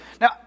Now